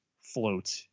float